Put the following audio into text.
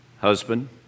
husband